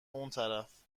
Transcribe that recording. اونطرف